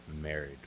married